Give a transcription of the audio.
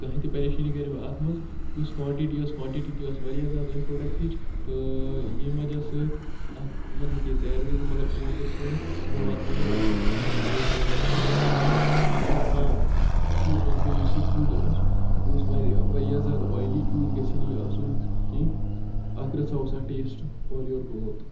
کٕہٕنۍ تہِ پریشٲنی گٔے نہٕ مےٚ اَتھ منٛز یُس کانٹِٹی ٲس کانٹِٹی تہِ ٲس واریاہ زیادٕ امہِ پرٛوڈَکٹٕچ تہٕ ییٚمہِ وجہ سۭتۍ اَکھ یِمَن ہیٚکہِ ہے ژیر تہِ گٔژھِتھ مگر یِمو کٔر کٲم یِمو واتنو یہِ وقتَس اَنٛدر اَنٛدر یہِ پرٛوڈَکٹ مےٚ نِش مگر ہاں اَکھ چیٖز وَنہٕ بہٕ یُس یہِ فُڈ اوس یہِ اوس واریاہ زیادٕ اویلی یوٗت گژھِ ہے نہٕ یہِ آسُن کینٛہہ اَکھ رَژھا اوس اَتھ ٹیسٹہٕ اورٕ یور گوٚمُت